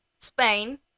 Spain